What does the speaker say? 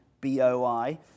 B-O-I